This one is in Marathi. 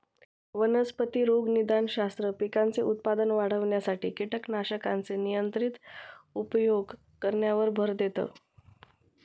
वनस्पती रोगनिदानशास्त्र, पिकांचे उत्पादन वाढविण्यासाठी कीटकनाशकांचे नियंत्रित उपयोग करण्यावर भर देतं